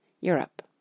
Europe